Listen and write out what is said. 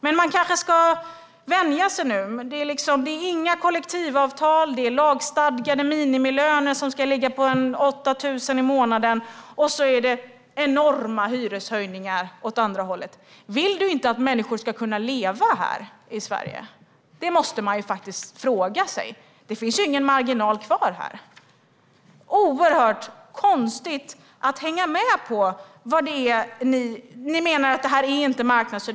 Men man kanske ska vänja sig nu. Det ska inte vara några kollektivavtal, det ska vara lagstadgade minimilöner på ca 8 000 kronor i månaden och det ska vara enorma hyreshöjningar. Vill du inte att människor ska kunna leva här i Sverige? Det måste man faktiskt fråga. Det finns ingen marginal kvar här. Det är oerhört svårt att hänga med. Ni menar att detta inte är marknadshyror.